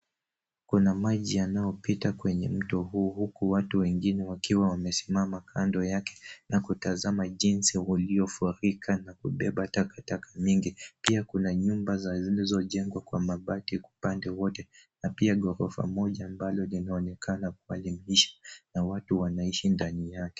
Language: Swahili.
Kuna maji yanayopita kwenye mto huu huku watu wengine wakiwa wamesimama kando yake na kutazama jinsi uliofurika na kubeba takataka nyingi. Pia kuna nyumba zilizojengwa kwa mabati upande wote, na pia ghorofa moja ambalo linaloonekana upande wa mwisho na watu wanaishi ndani yake.